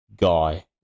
guy